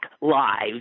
Lives